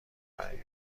برگردیم